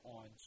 on